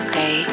day